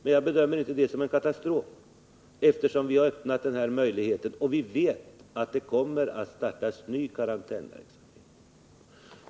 Men jag bedömer inte det som en katastrof, eftersom vi har öppnat den här möjligheten, och vet att det kommer att startas ny karantänsverksamhet.